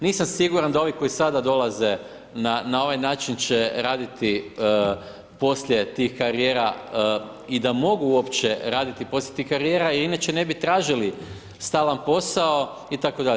Nisam siguran da ovi koji sada dolaze, na ovaj način će raditi poslije tih karijera i da mogu uopće raditi poslije tih karijera, inače ne bi tražili stalan posao itd.